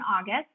August